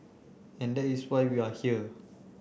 and that is why we are here